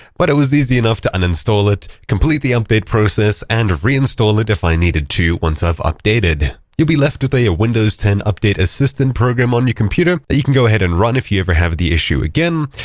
but it was easy enough to uninstall it, complete the update process and reinstall it, if i needed to once i've updated. you'll be left with a windows ten update assistant program on your computer that you can go ahead and run if you ever have the issue again.